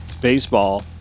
Baseball